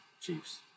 Chiefs